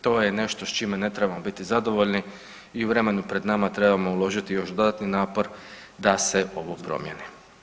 To je nešto s čime ne trebamo biti zadovoljni i u vremenu pred nama trebamo uložiti još dodatni napor da se ovo promjeni.